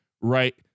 Right